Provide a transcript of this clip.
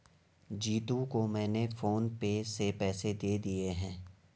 जीतू को मैंने PhonePe से पैसे दे दिए हैं